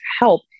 help